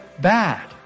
bad